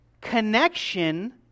connection